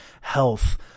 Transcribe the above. health